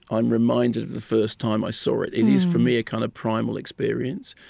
i'm reminded of the first time i saw it. it is, for me, a kind of primal experience.